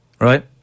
Right